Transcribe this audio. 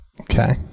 Okay